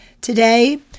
Today